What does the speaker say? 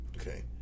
Okay